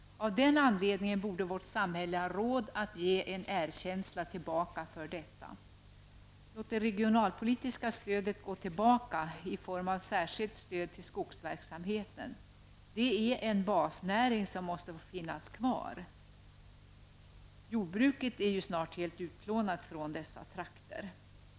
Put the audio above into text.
Av den anledningen borde vårt samhälle ha råd att ge en erkänsla tillbaka för detta. Låt det regionalpolitiska stödet gå tillbaka i form av särskilt stöd till skogsverksamheten. Det är en basnäring, som måste få finnas kvar. Jordbruket är ju snart helt utplånat från dessa trakter.